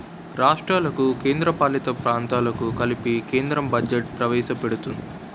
రాష్ట్రాలకు కేంద్రపాలిత ప్రాంతాలకు కలిపి కేంద్రం బడ్జెట్ ప్రవేశపెడుతుంది